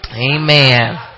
Amen